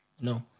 No